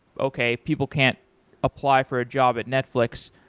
okay, people can't apply for a job at netflix,